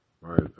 right